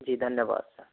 जी धन्यवाद